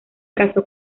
casó